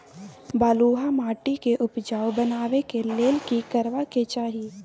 बालुहा माटी के उपजाउ बनाबै के लेल की करबा के चाही?